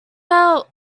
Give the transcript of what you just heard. out